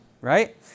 right